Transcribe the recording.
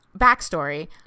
backstory